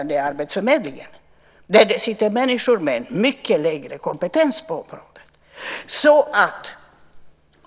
Det är arbetsförmedlingen, där det sitter människor med en mycket lägre kompetens på området.